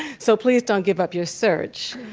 so please don't give up your search.